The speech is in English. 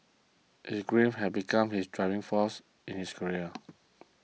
his grief had become his driving force in his career